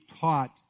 taught